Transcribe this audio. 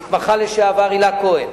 המתמחה לשעבר הילה כהן,